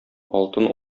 алтын